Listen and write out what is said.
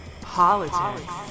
politics